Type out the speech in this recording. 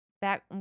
back